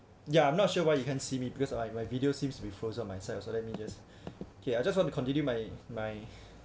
ya I'm not sure why you can see me because of my video seems to be frozen myself you so let me just okay I just want to continue my my